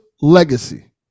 Legacy